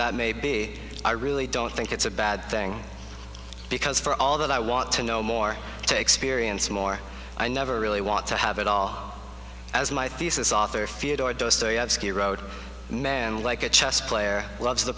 that may be i really don't think it's a bad thing because for all that i want to know more to experience more i never really want to have it all as my thesis author field or dostoyevsky road man like a chess player loves the